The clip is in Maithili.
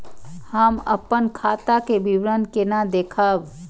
हम अपन खाता के विवरण केना देखब?